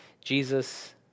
Jesus